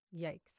Yikes